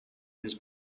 his